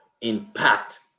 impact